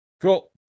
cool